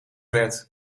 werd